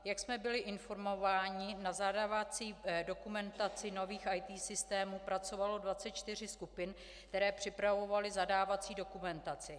Jak jsme byli informováni, na zadávací dokumentaci nových IT systémů pracovalo 24 skupin, které připravovaly zadávací dokumentaci.